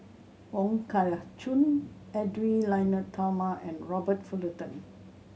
Wong Kah Chun Edwy Lyonet Talma and Robert Fullerton